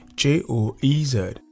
J-O-E-Z